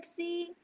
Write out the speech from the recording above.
lexi